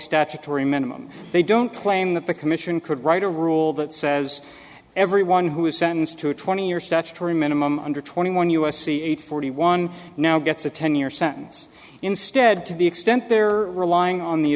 statutory minimum they don't claim that the commission could write a rule that says everyone who is sentenced to twenty years statutory minimum under twenty one u s c eight forty one now gets a ten year sentence instead to the extent they're relying on the